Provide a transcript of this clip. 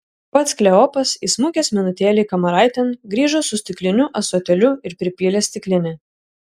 pats kleopas įsmukęs minutėlei kamaraitėn grįžo su stikliniu ąsotėliu ir pripylė stiklinę